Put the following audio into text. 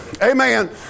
Amen